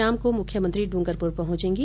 शाम को मुख्यमंत्री डूंगरपुर पहुंचेगी